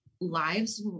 lives